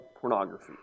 pornography